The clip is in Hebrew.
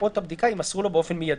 ותוצאות הבדיקה יימסרו לו באופן מיידי: